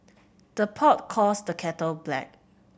the pot calls the kettle black